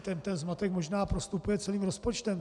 Ten zmatek možná prostupuje celým rozpočtem.